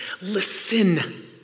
Listen